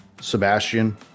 Sebastian